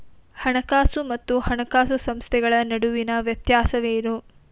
ಹಣಕಾಸು ಮತ್ತು ಹಣಕಾಸು ಸಂಸ್ಥೆಗಳ ನಡುವಿನ ವ್ಯತ್ಯಾಸವೇನು?